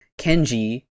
Kenji